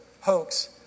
hoax